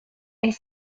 est